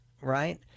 right